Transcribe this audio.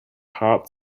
hard